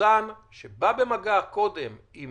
מחוסן שבא במגע קודם עם